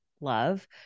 love